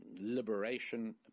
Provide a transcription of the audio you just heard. liberation